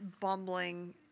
bumbling